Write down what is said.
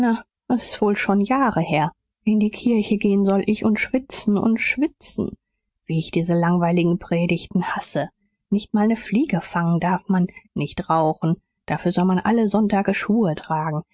wohl schon jahre her in die kirche gehn soll ich und schwitzen und schwitzen wie ich diese langweiligen predigten hasse nicht mal ne fliege fangen darf man nicht rauchen dafür soll man alle sonntage schuhe tragen